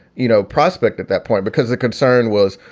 you know, prospect at that point, because the concern was,